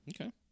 Okay